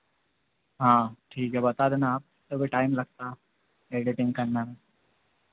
हाँ ठीक है बता देना आप तो भी टाइम लगता एडिटिंग करने में